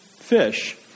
fish